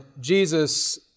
Jesus